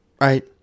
right